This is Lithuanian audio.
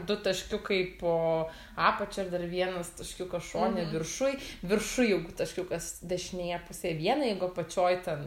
du taškiukai po apačia ir dar vienas taškiukas šone viršuj viršuj jau taškiukas dešinėje pusėje viena jeigu apačioj ten